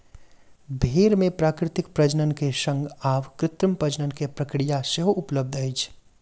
भेड़ मे प्राकृतिक प्रजनन के संग आब कृत्रिम प्रजनन के प्रक्रिया उपलब्ध अछि